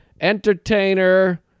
entertainer